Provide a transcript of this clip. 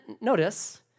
notice